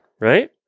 right